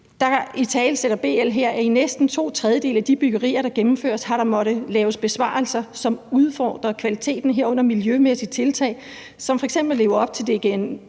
italesætter her, at i næsten to tredjedele af de byggerier, der gennemføres, har der måttet laves besparelser, som udfordrer kvaliteten, herunder miljømæssige tiltag som f.eks. at leve